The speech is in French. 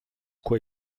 quoi